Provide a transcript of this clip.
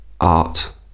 art